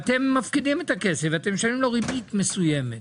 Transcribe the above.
אתם מפקידים את הכסף ומשלמים לו ריבית מסוימת.